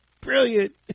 Brilliant